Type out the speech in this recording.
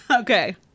okay